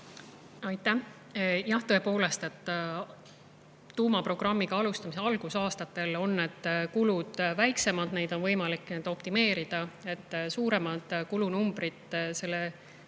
Aitäh! Jah, tõepoolest, tuumaprogrammiga alustamise algusaastatel on kulud väiksemad, neid on võimalik optimeerida. Suuremad kulud riikliku